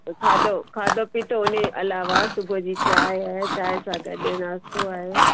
पोइ खाधो खाधो पीतो हुनजे अलावा सुबुह जी चांहि ऐं चांहि सां गॾु नास्तो आहे